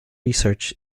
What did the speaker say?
research